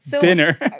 dinner